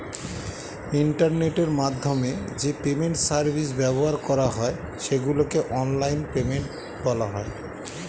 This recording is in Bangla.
ইন্টারনেটের মাধ্যমে যে পেমেন্ট সার্ভিস ব্যবহার করা হয় সেগুলোকে অনলাইন পেমেন্ট বলা হয়